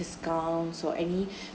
discounts or any